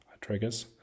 triggers